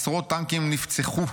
עשרות טנקים נפצחו,